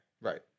right